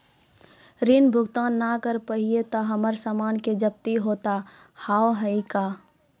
ऋण भुगतान ना करऽ पहिए तह हमर समान के जब्ती होता हाव हई का?